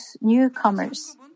newcomers